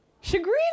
Chagrin